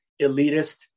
elitist